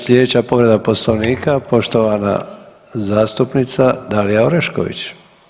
Sljedeća povreda Poslovnika poštovana zastupnica Dalija Orešković.